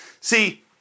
See